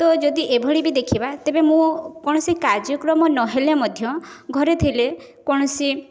ତ ଯଦି ଏଭଳି ବି ଦେଖିବା ତେବେ ମୋ କୌଣସି କାର୍ଯ୍ୟକ୍ରମ ନହେଲେ ମଧ୍ୟ ଘରେ ଥିଲେ କୌଣସି